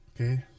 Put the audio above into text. okay